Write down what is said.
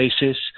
basis